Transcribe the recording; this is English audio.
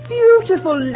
beautiful